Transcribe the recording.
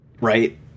Right